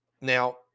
Now